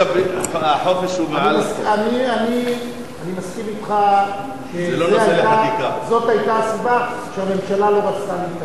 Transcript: אני מסכים אתך שזו היתה הסיבה שהממשלה לא רצתה להתערב.